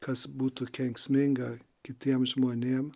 kas būtų kenksminga kitiem žmonėm